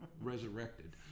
resurrected